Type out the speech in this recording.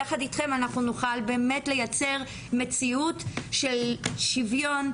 יחד איתכם אנחנו נוכל באמת לייצר מציאות של שוויון,